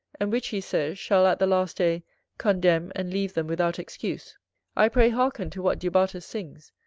and which, he says, shall at the last day condemn and leave them without excuse i pray hearken to what du bartas sings,